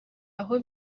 aho